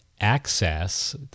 access